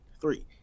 three